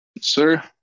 Sir